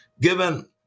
given